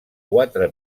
quatre